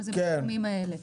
וזה בתחומים האלה.